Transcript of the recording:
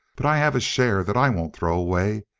but i have a share that i won't throw away.